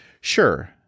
Sure